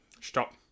Stop